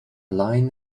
line